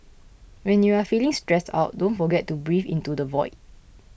when you are feeling stressed out don't forget to breathe into the void